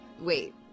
Wait